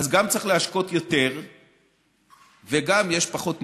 גם צריך להשקות יותר וגם יש פחות מים,